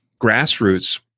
grassroots